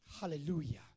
Hallelujah